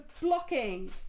blocking